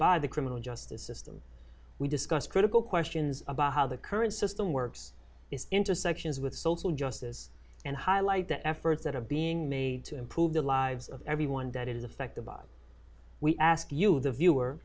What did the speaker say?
by the criminal justice system we discussed critical questions about how the current system works is intersections with social justice and highlight the efforts that are being made to improve the lives of everyone that is affected by we ask you the viewer